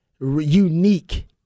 unique